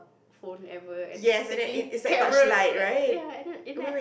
phone ever and taking camera like ya and I